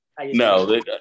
No